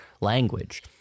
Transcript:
language